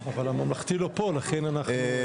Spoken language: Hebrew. אנחנו אומרים רוויזיה על הכל.